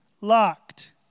locked